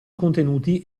contenuti